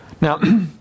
Now